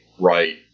right